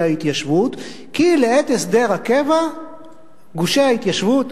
ההתיישבות כי לעת הסדר הקבע גושי ההתיישבות,